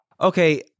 Okay